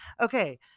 Okay